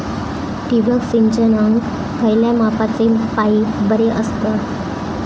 ठिबक सिंचनाक खयल्या मापाचे पाईप बरे असतत?